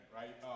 right